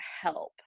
help